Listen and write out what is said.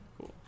Cool